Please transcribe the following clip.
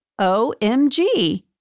OMG